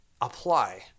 apply